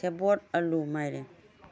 ꯁꯦꯕꯣꯠ ꯑꯥꯜꯂꯨ ꯃꯥꯏꯔꯦꯟ